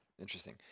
Interesting